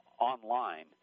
online